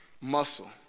muscle